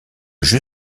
jeu